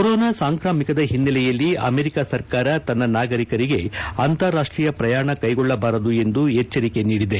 corona ಸಾಂಕ್ರಾಮಿಕದ ಹಿನ್ನೆಲೆಯಲ್ಲಿ America ಸರ್ಕಾರ ತನ್ನ ನಾಗರಿಕರಿಗೆ ಅಂತಾರಾಷ್ಟೀಯ ಪ್ರಯಾಣ ಕೈಗೊಳ್ಳಬಾರದು ಎಂದು ಎಚ್ಚರಿಕೆ ನೀಡಿದೆ